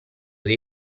dei